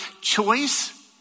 choice